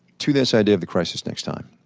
to this idea of the crisis next time